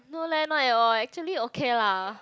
no leh not at all actually okay lah